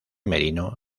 merino